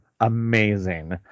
amazing